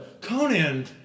Conan